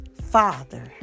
Father